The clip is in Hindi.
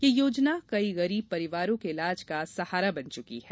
यह योजना कई गरीब परिवारों के इलाज का सहारा बन चुकी है